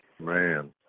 Man